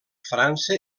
frança